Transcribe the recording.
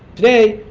today,